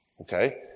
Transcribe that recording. Okay